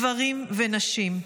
גברים ונשים.